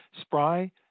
spry